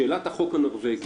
שאלת החוק הנורווגי